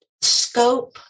scope